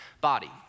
body